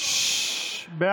נתקבלו.